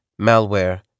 malware